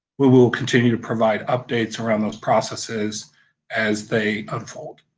we will continue to provide updates around those processes as they unfold.